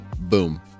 boom